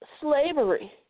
slavery